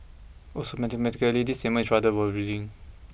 also mathematically this statement is rather worrying